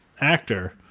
actor